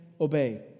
obey